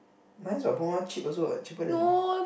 nice what Puma cheap also cheaper than